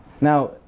now